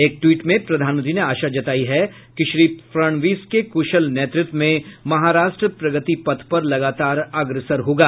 एक ट्वीट में प्रधानमंत्री ने आशा जतायी है कि श्री फड़णवीस के कुशल नेतृत्व में महाराष्ट्र प्रगति पथ पर लगातार अग्रसर होगा